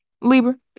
Libra